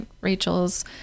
Rachel's